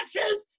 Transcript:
actions